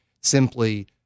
simply –